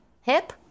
hip